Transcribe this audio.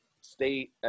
state